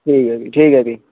ठीक ऐ जी ठीक ऐ जी